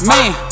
Man